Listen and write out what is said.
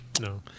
no